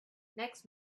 next